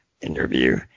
interview